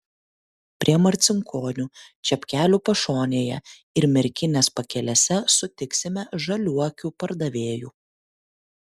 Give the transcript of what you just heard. prie marcinkonių čepkelių pašonėje ir merkinės pakelėse sutiksime žaliuokių pardavėjų